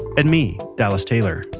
and me, dallas taylor,